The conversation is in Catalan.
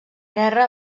guerra